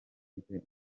ifite